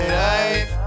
life